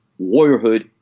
warriorhood